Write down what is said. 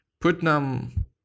Putnam